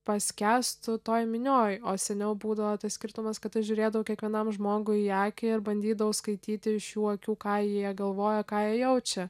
paskęstu toj minioj o seniau būdavo tas skirtumas kad aš žiūrėdavau kiekvienam žmogui į akį ir bandydavau skaityti iš jų akių ką jie galvojo ką jie jaučia